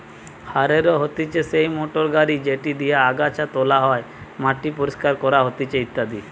harrow হতিছে সেই motor গাড়ি যেটি দিয়া আগাছা তোলা হয়, মাটি পরিষ্কার করা হতিছে ইত্যাদি